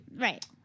right